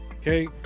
Okay